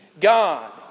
God